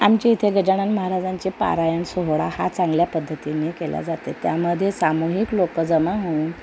आमच्या इथे गजानन महाराजांचे पारायण सोहळा हा चांगल्या पद्धतीने केला जाते त्यामध्ये सामूहिक लोक जमा होऊन